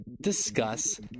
discuss